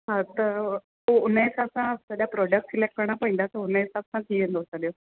हा त पोइ उनजे हिसाब सां सॼा प्रोडक्ट सिलैक्ट करणा पंवंदा त हुनजे हिसाब सां थी वेंदो सॼो